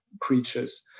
creatures